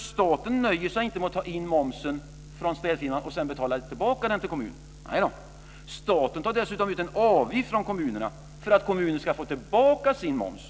Staten nöjer sig inte med att ta in momsen från städfirman och sedan betala tillbaka den till kommunen. Nej då. Staten tar dessutom ut en avgift av kommunerna för att kommunerna ska få tillbaka sin moms.